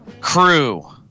crew